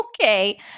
Okay